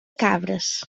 cabres